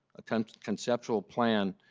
a kind of conceptual plan,